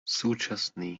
súčasný